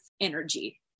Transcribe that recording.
energy